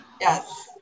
Yes